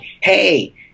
hey